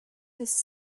his